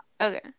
okay